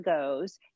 goes